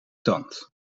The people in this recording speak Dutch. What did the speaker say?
tand